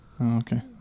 Okay